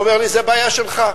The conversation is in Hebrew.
אומר לי: זה בעיה שלך.